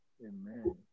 Amen